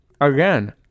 again